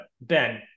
Ben